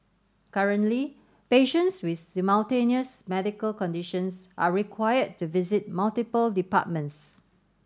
currently patients with simultaneous medical conditions are required to visit multiple departments